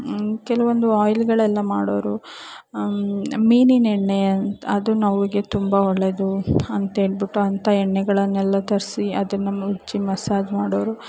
ಕೆಲವೊಂದು ಆಯಿಲ್ಲುಗಳೆಲ್ಲ ಮಾಡೋರು ಮೀನಿನ ಎಣ್ಣೆ ಅದು ನೋವಿಗೆ ತುಂಬ ಒಳ್ಳೆಯದು ಅಂತ ಹೇಳ್ಬಿಟ್ಟು ಅಂಥ ಎಣ್ಣೆಗಳನ್ನೆಲ್ಲ ತರಿಸಿ ಅದನ್ನು ಉಜ್ಜಿ ಮಸಾಜ್ ಮಾಡೋರು